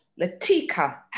Latika